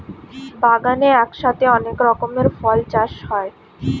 বাগানে একসাথে অনেক রকমের ফল চাষ হয়